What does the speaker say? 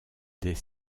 des